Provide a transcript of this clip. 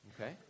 Okay